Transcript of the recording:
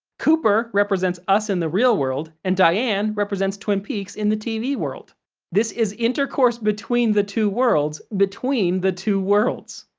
cooper represents us in the real world, and diane represents twin peaks in the tv world this is intercourse between the two worlds between the two worlds,